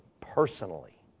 personally